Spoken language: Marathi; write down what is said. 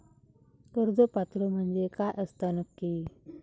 कर्ज पात्र म्हणजे काय असता नक्की?